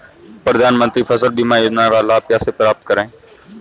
प्रधानमंत्री फसल बीमा योजना का लाभ कैसे प्राप्त करें?